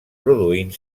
produint